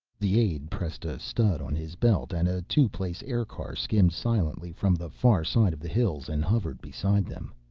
the aide pressed a stud on his belt and a two-place aircar skimmed silently from the far side of the hills and hovered beside them.